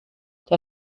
der